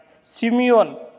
Simeon